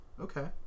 Okay